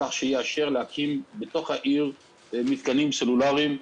כך שיאשר להתקין בתוך העיר מתקנים סלולריים.